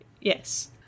Yes